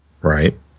right